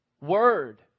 Word